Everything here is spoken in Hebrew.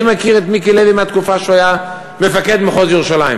אני מכיר את מיקי לוי מהתקופה שהוא היה מפקד מחוז ירושלים.